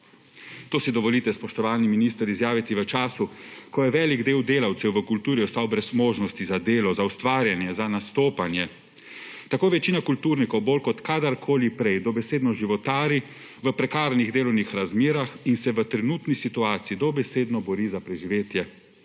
To si dovolite, spoštovani minister, izjaviti v času, ko je velik del delavcev v kulturi ostal brez možnosti za delo, za ustvarjanje, za nastopanje. Tako večina kulturnikov bolj kot kadarkoli prej dobesedno životari v prekarnih delovnih razmerah in se v trenutni situaciji dobesedno bori za preživetje,